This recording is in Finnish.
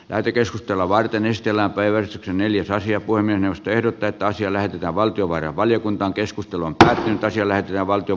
lähetekeskustelua varten jos elää päivän neliosaisia kuin minusta ehdotetaan siellä ja valtiovarainvaliokunta keskustelun tähti taisi löytyä valtio